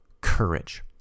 courage